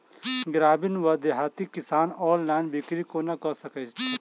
ग्रामीण वा देहाती किसान ऑनलाइन बिक्री कोना कऽ सकै छैथि?